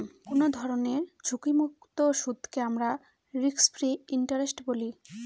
কোনো ধরনের ঝুঁকিমুক্ত সুদকে আমরা রিস্ক ফ্রি ইন্টারেস্ট বলি